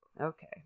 Okay